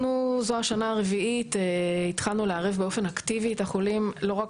אנחנו זו השנה הרביעית התחלנו לערב באופן אקטיבי את החולים לא רק